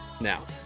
Now